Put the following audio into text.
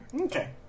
Okay